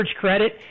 credit